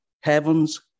heavens